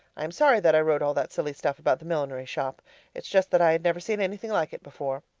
i am sorry that i wrote all that silly stuff about the millinery shop it's just that i had never seen anything like it before.